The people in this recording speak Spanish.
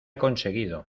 conseguido